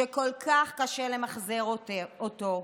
שכל כך קשה למחזר אותו,